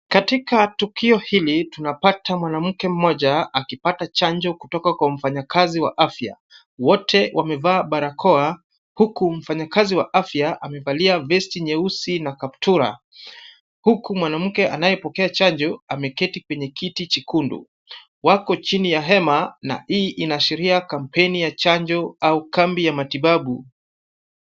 Katika tukio hili tunapata mwanamke mmoja akipata chanjo kutoka kwa mfanyakazi wa afya, wote wamevaa barakoa huku mfanyakazi wa afya amevalia vesti nyeusi na kaptura. Huku mwanamke anaye pokea chanjo ameketi kwenye kiti jekundu. Wako chini ya hema na hii inaashiria kampeni ya chanjo au kambi ya matibabu.